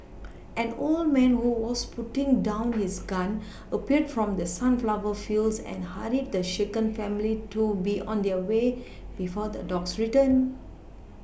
an old man who was putting down his gun appeared from the sunflower fields and hurried the shaken family to be on their way before the dogs return